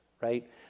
right